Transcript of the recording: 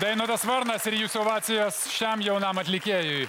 dainotas varnas ir jūsų ovacijos šiam jaunam atlikėjui